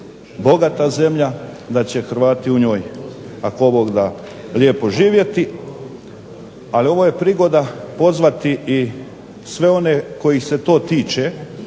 bogata zemlja, da će Hrvati u njoj ako Bog da lijepo živjeti, ali ovo je prigoda pozvati i sve one kojih se to tiče,